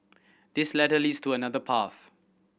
this ladder leads to another path